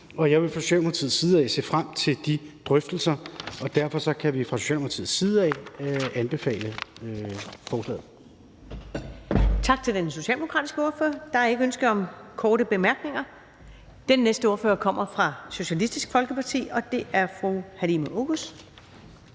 og jeg vil fra Socialdemokratiets side se frem til de drøftelser, og derfor kan vi fra Socialdemokratiets side anbefale forslaget. Kl. 13:45 Første næstformand (Karen Ellemann): Tak til den socialdemokratiske ordfører. Der er ikke ønske om korte bemærkninger. Den næste ordfører kommer fra Socialistisk Folkeparti, og det er fru Halime Oguz.